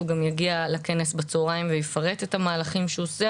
הוא גם יגיע לכנס בצהריים ויפרט את המהלכים שהוא עושה,